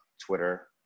Twitter